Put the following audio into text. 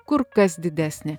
kur kas didesnė